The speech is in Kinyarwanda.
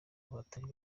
batari